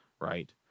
right